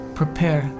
prepare